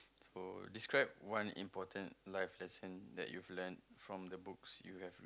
so describe one important life lesson that you've learnt from the books you have borrowed